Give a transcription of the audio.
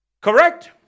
Correct